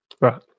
Right